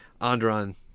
Andron